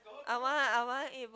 I wanna I want to eat